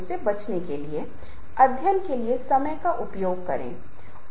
मैं एक सवाल के साथ प्रस्तुति शुरू कर सकता हूं कि जंगल की आग क्या है